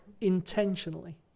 intentionally